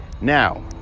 now